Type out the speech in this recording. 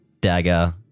dagger